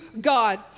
God